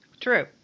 True